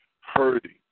hurting